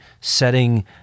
Setting